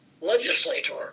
legislator